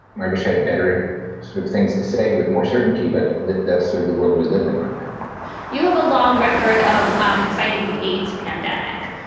i wish i had better sort of things to say with more certainty. but that's sort of the world we live in right now you have a long record of um fighting the aids pandemic.